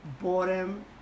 boredom